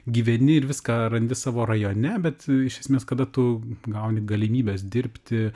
gyveni ir viską randi savo rajone bet iš esmės kada tu gauni galimybes dirbti